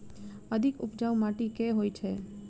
अधिक उपजाउ माटि केँ होइ छै?